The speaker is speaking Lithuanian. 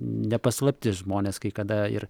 ne paslaptis žmonės kai kada ir